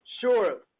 Sure